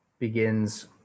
begins